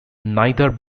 neither